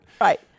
Right